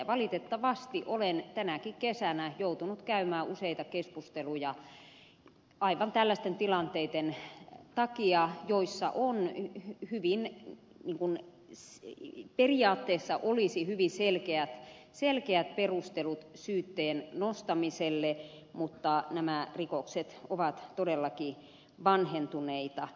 ja valitettavasti olen tänäkin kesänä joutunut käymään useita keskusteluja aivan tällaisten tilanteiden takia joissa on hyvin minulle se ei periaatteessa olisi hyvin selkeät perustelut syytteen nostamiselle mutta nämä rikokset ovat todellakin vanhentuneita